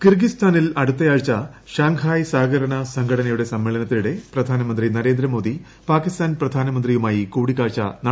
കിർഗിസ്ഥാനിൽ അടുത്തയാഴ്ച ഷാംഗായ് സഹകരണ സംഘടനയുടെ സമ്മേളനത്തിനിടെ പ്രധാനമന്ത്രി നരേന്ദ്രമോദി പാകിസ്ഥാൻ പ്രധാനമന്ത്രിയുമായി കൂടിക്കാഴ്ച നടത്തില്ലെന്ന് ഇന്ത്യ